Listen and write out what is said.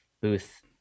booth